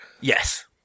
yes